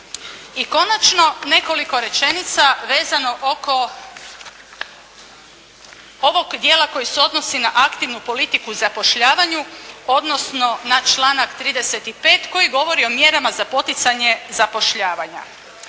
I konačno nekoliko rečenica vezano oko ovog dijela koji se odnosi na aktivnu politiku zapošljavanja, odnosno na članak 35 koji govori o mjerama za poticanje zapošljavanja